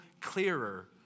clearer